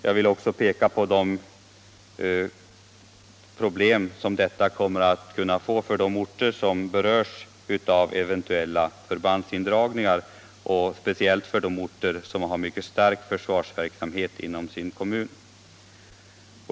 Jag vill också peka på de problem som detta kommer att kunna medföra för de orter som berörs av eventuella förbandsindragningar, speciellt orter i kommuner som har en mycket stor försvarsverksamhet.